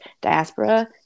diaspora